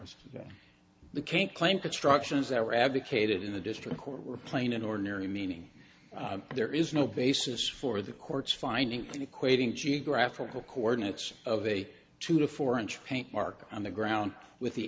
us the can't claim constructions that were advocated in the district court were plain and ordinary meaning there is no basis for the court's finding to equating geographical coordinates of a two to four inch paint mark on the ground with the